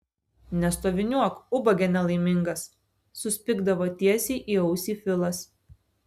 nestoviniuok ubage nelaimingas suspigdavo tiesiai į ausį filas